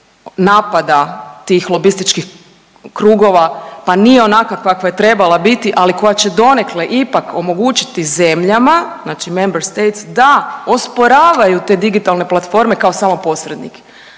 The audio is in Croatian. napada tih lobističkih krugova, pa nije onakva kakva je trebala biti, ali koja će donekle ipak omogućiti zemljama, znači member states da osporavaju te digitalne platforme kao samo posrednike.